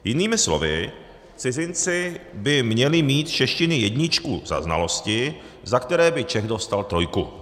Jinými slovy, cizinci by měli mít z češtiny jedničku za znalosti, za které by Čech dostal trojku.